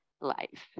life